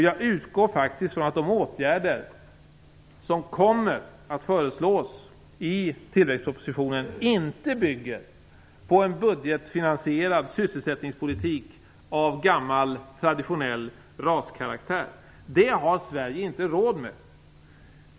Jag utgår från att de åtgärder som kommer att föreslås i tillväxtpropositionen inte bygger på en budgetfinansierad sysselsättningspolitik av gammal traditionell RAS-karaktär. Det har Sverige inte råd med.